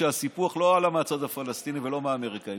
שהסיפוח לא עלה מהצד הפלסטיני ולא מהאמריקאי.